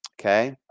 Okay